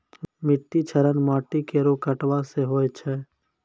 मिट्टी क्षरण माटी केरो कटाव सें होय छै